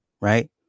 right